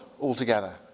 altogether